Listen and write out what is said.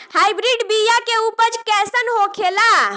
Hybrid बीया के उपज कैसन होखे ला?